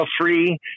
free